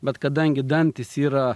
bet kadangi dantys yra